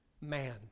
man